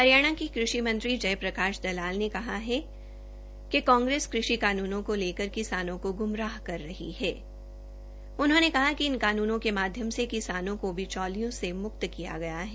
हरियाणा के कृषि मंत्री जय प्रकाश दलाल ने कहा हथकि कांग्रेस कृषि कानूनों को लेकर किसानों को ग्मराह कर रहे है उन्होने कहा कि इन कानूनों के माध्यम से किसानों को बिचौलियों से मुक्त किया गया है